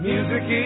Music